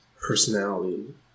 personality